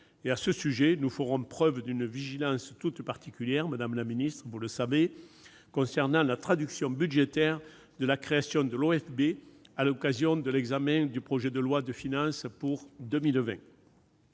À ce sujet, nous ferons preuve d'une vigilance toute particulière, vous le savez, madame la secrétaire d'État, sur la traduction budgétaire de la création de l'OFB à l'occasion de l'examen du projet de loi de finances pour 2020.